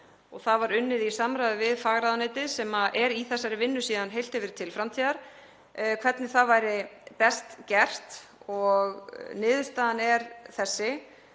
og það var unnið í samráði við fagráðuneytið, sem er í þessari vinnu síðan heilt yfir til framtíðar, hvernig það væri best gert og niðurstaðan varð þessi.